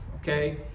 okay